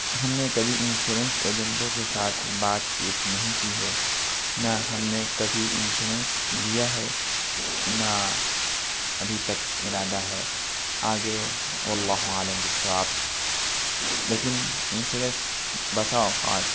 ہم نے کبھی انشورنس ایجنٹوں کے ساتھ بات چیت نہیں کی ہے نہ ہم نے کبھی انشورنس لیا ہے نہ ابھی تک ارادہ ہے آگے واللہ عالم باالصواب لیکن انشورنس بسا اوقات